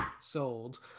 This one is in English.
sold